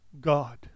God